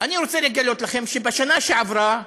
אני רוצה לגלות לכם שבשנה שעברה,